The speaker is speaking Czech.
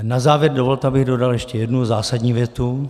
Na závěr dovolte, abych dodal ještě jednu zásadní větu.